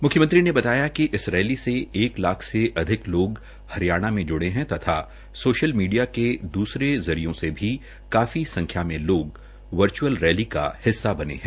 मुख्यमंत्री ने बताया कि इस रैली से एक लाख से अधिक लोग रैली जुड़े है और अन्य सोशल मीडिया के दूरसे जरियों से भी काफी संख्या में लोग वर्चुअल रैली का हिस्सा बने है